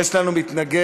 יש לנו מתנגד.